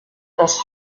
das